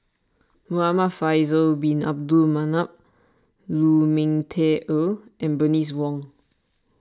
Muhamad Faisal Bin Abdul Manap Lu Ming Teh Earl and Bernice Wong